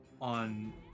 on